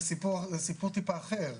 זה סיפור טיפה אחר.